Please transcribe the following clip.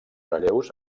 relleus